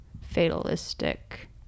fatalistic